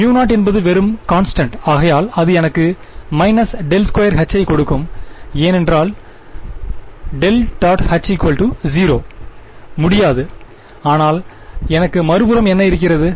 0 என்பது வெறும் கான்ஸ்டன்ட் ஆகையால் அது எனக்கு − ∇2Hகொடுக்கும் ஏனெனில் ∇· H 0 முடியாதுஆனால் எனக்கு மறுபுறம் என்ன இருக்கிறது